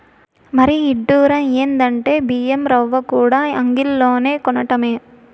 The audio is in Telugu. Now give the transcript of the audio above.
మరీ ఇడ్డురం ఎందంటే బియ్యం రవ్వకూడా అంగిల్లోనే కొనటమే